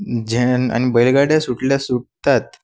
झं आणि बैलगाड्या सुटल्या सुटतात